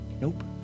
Nope